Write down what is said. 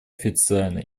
официально